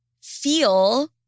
feel